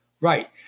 Right